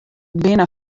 binne